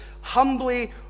humbly